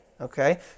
Okay